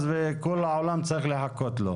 אז כל העולם צריך לחכות לו.